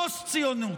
פוסט-ציונות.